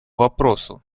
вопросу